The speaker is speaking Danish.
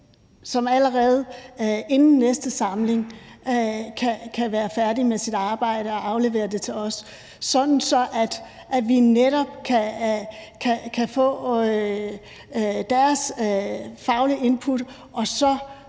som allerede inden næste samling kan være færdig med sit arbejde og aflevere det til os, sådan at vi netop kan få deres faglige input og så